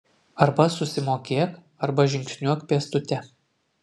arba susimokėk arba žingsniuok pėstute